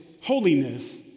holiness